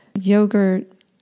yogurt